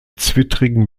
zwittrigen